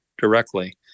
directly